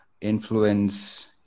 influence